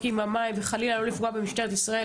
עם המים וחלילה לא לפגוע במשטרת ישראל.